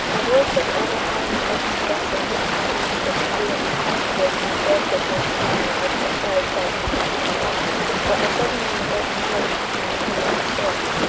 a warship overhauling a merchant vessel could easily take its crew and passengers on board for safe keeping as prescribed by international law but a submarine ordinarily could do nothing of the sort.